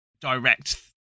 direct